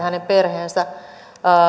hänen perheensä